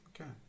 okay